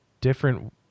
different